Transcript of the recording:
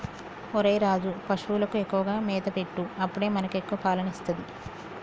ఒరేయ్ రాజు, పశువులకు ఎక్కువగా మేత పెట్టు అప్పుడే మనకి ఎక్కువ పాలని ఇస్తది